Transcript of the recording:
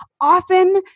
often